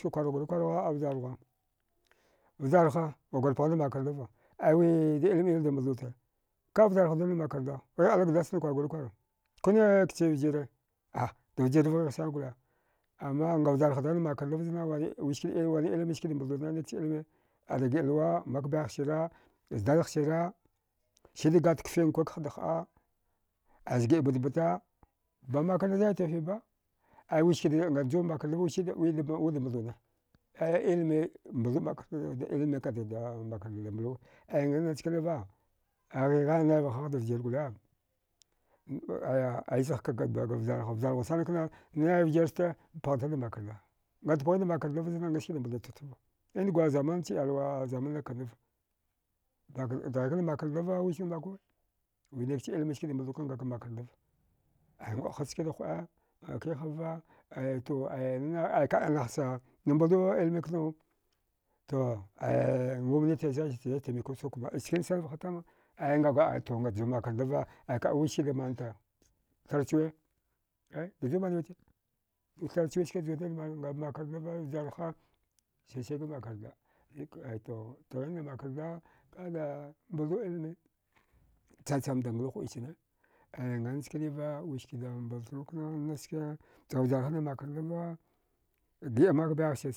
Ski kwargurikwargha a vjarghuwa vjarha ngadur pghadam makarndava aiwi da ilmi ilmida mbaldute ka vjarha juda makarnda ghigh ali gdass na kwarguri kwara kunikcha vjire ah davjirva ghughsana gole amma nga vjarha dghaida makarnda vazna wizki wizki wani ilmiksada mbaldune nich ilme ada giə lwa mak bayaghsira zdadagh sira sida gat kfinkwag haɗda həa aya zgiə batbata ba makaranta zai tafiba ai wiskida nganjum makarndava wiskida mbalduna ai ilmi mbaldu mak wud ilimi kadida makarnda da mbluwa ai ngan chkanava ai ghigha naivahagh da vjir gole aya ai zaghkaga vjarghu vjarghusan kna aya vjirsta pghatadam makarnda ngat pghadan makardava zankna ngaskida mbalduta ftava ingwar zamanch iyalwa a zamanna kannava dghikadan makarndava wiskida mblakuwa wi nikch ilimi skada mbalduka ngakan makarndava ai nguəhaj skida huəe akihava aya to aya ka naghcha nambaldo ilmi knu to aya gamniti zaitimikuso kuma njkinsani vahatama aya ngagwal ayto ngat juwan makarndava ai kaəwiskada manta thrachwe eh daju manwite thrachwi skada juwatada mana nga makarndava vjarha sihsihva makarnda aito nim makarnda kada mbaldo ilme chachamda nglu huəi chana aya ngan chkiniva wiskida mbaltu kna nachske to vjarha da makarndava giəa mak bayagsir